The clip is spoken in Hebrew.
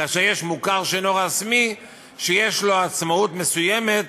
כאשר יש מוכר שאינו רשמי שיש לו עצמאות מסוימת,